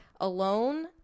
alone